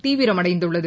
தீவிரமடைந்துள்ளது